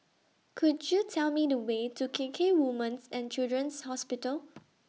Could YOU Tell Me The Way to K K Women's and Children's Hospital